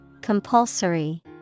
Compulsory